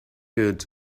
would